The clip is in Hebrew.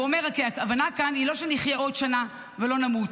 והוא אומר שהכוונה כאן היא לא שנחיה עוד שנה ולא נמות.